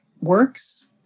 works